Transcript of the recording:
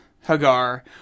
Hagar